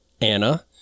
Anna